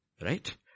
right